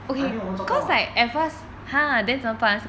I mean 我们做工 lah